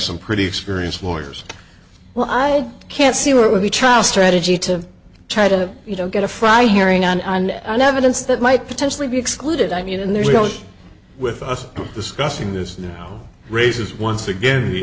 some pretty experienced lawyers well i can't see why it would be trial strategy to try to you know get a fry hearing on and i never once that might potentially be excluded i mean and there you go with us discussing this no raises once again he